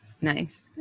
nice